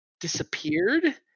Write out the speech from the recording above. disappeared